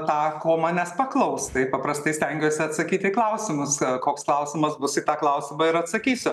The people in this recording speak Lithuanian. tą ko manęs paklaus tai paprastai stengiuosi atsakyti į klausimus koks klausimas bus į tą klausimą ir atsakysiu